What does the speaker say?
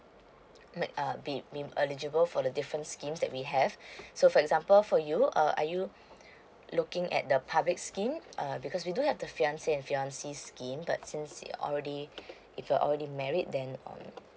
make err be eligible for the different schemes that we have so for example for you uh are you looking at the public scheme uh because we do have the fiancé and fiancée scheme that since you're already if you're already married then um